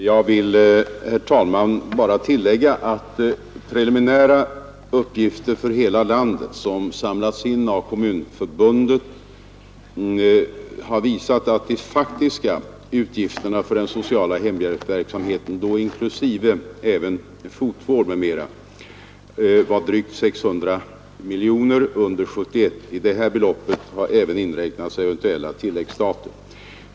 Herr talman! Jag vill bara tillägga att preliminära uppgifter för hela landet, som samlats in av Kommunförbundet, har visat att de faktiska utgifterna för den sociala hemhjälpsverksamheten — då inklusive fotvård m.m. — var drygt 600 miljoner under 1971. I det här beloppet har även inräknats eventuella tilläggsstater.